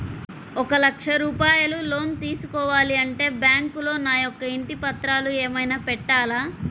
ఒక లక్ష రూపాయలు లోన్ తీసుకోవాలి అంటే బ్యాంకులో నా యొక్క ఇంటి పత్రాలు ఏమైనా పెట్టాలా?